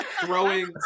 throwing